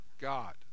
God